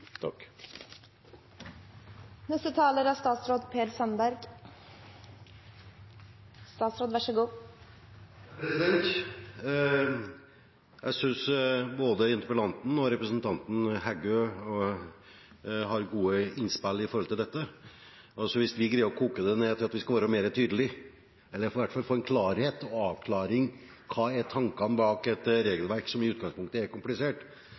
synes både interpellanten og representanten Heggø har gode innspill om dette. Hvis vi greier å koke det ned til at vi skal være mer tydelig, eller i hvert fall få en klarhet i og avklaring om hva som er tankene bak et regelverk som i utgangspunktet er komplisert,